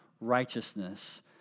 righteousness